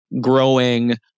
growing